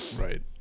Right